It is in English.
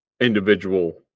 individual